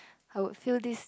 I would feel this